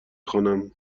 خوانم